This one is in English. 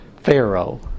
Pharaoh